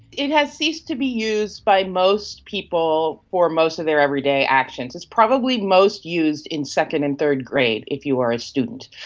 it has ceased to be used by most people for most of their everyday actions. it's probably most used in second and third grade if you are a student.